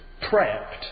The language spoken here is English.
prepped